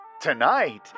Tonight